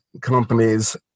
companies